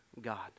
God